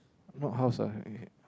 not house lah eh